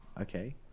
Okay